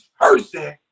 person